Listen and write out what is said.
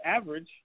average